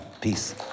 Peace